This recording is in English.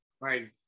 right